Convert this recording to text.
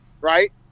Right